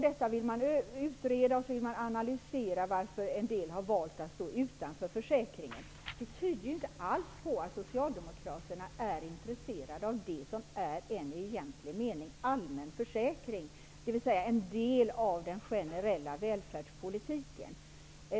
Detta vill man utreda, och sedan vill man analysera varför en del har valt att stå utanför försäkringen. Det tyder inte alls på att Socialdemokraterna är intresserade av det som i egentlig är en mening allmän försäkring, dvs. en del av den generella välfärdspolitiken.